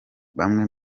bamwe